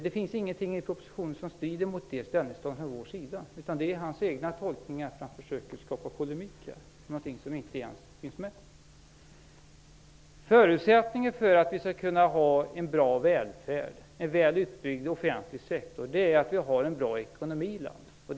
Det finns ingenting i propositionen som strider mot det ställningstagandet från vår sida. Det är med sina egna tolkningar han försöker skapa polemik, om någonting som inte ens finns med. Förutsättningen för att vi skall kunna ha en bra välfärd, en väl utbyggd offentlig sektor, är att vi har en bra ekonomi i landet.